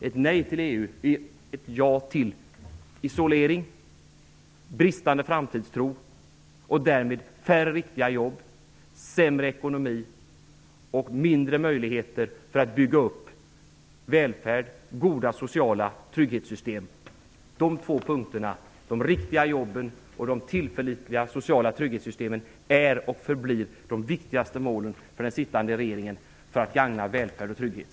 Ett nej till EU är ett ja till isolering, bristande framtidstro och därmed färre riktiga jobb, sämre ekonomi och mindre möjligheter att bygga upp välfärd och goda sociala trygghetssystem. De två punkterna -- de riktiga jobben och de tillförlitliga sociala trygghetssystemen -- är och förblir de viktigaste målen för den sittande regeringen för att gagna välfärd och trygghet.